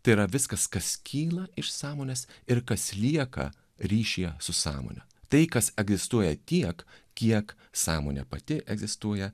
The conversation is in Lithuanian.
tai yra viskas kas kyla iš sąmonės ir kas lieka ryšyje su sąmone tai kas egistuoja tiek kiek sąmonė pati egzistuoja